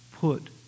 put